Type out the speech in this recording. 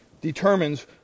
determines